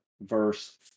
verse